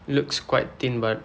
looks quite thin but